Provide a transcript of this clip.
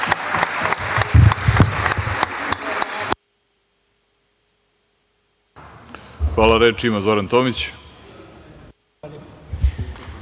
Hvala. Reč ima Zoran Tomić.